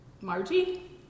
Margie